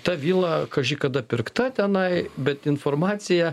ta vila kaži kada pirkta tenai bet informacija